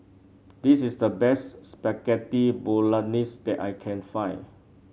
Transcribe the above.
this is the best Spaghetti Bolognese that I can find